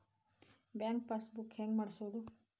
Bank passbook ಹೆಂಗ್ ಮಾಡ್ಸೋದು?